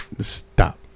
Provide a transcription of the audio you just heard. Stop